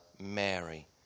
Mary